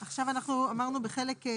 עכשיו אנחנו אמרנו בחלק,